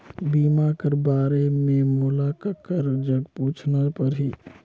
बीमा कर बारे मे मोला ककर जग पूछना परही?